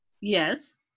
Yes